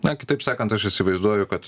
na kitaip sakant aš įsivaizduoju kad